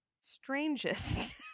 strangest